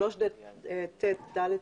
לסעיף 3ט(ד).